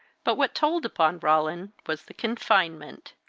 but what told upon roland was the confinement